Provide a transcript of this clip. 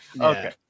Okay